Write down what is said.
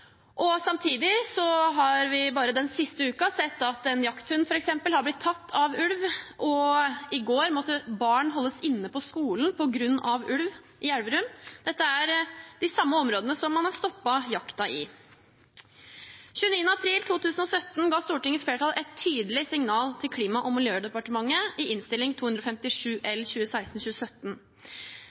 Samtidig har vi f.eks. den siste uken sett at en jakthund har blitt tatt av ulv. I går måtte barn i Elverum holdes inne på skolen på grunn av ulv. Dette er de samme områdene som man har stoppet jakten i. Den 29. april 2017 ga Stortingets flertall et tydelig signal til Klima- og miljødepartementet i Innst. 257 L